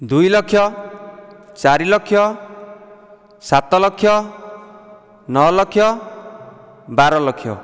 ଦୁଇ ଲକ୍ଷ ଚାରି ଲକ୍ଷ ସାତ ଲକ୍ଷ ନଅ ଲକ୍ଷ ବାର ଲକ୍ଷ